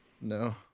No